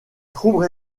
troubles